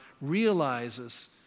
realizes